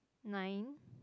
nine